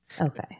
Okay